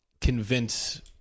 convince